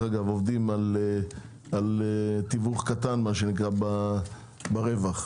תיווך קטן ברווח.